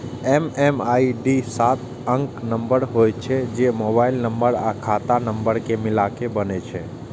MMID सात अंकक number होइ छै, जे मोबाइल नंबर आ खाता नंबर कें मिलाके बनै छै